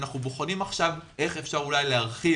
אנחנו בוחנים עכשיו איך אפשר להרחיב